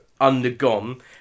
undergone